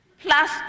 plus